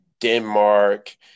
Denmark